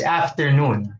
afternoon